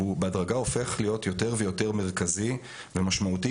והוא בהדרגה הופך להיות יותר ויותר מרכזי ומשמעותי.